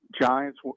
Giants